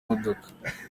modoka